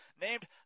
named